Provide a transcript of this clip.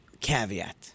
caveat